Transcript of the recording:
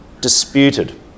disputed